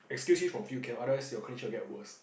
excuse you from field camp otherwise your condition will get worse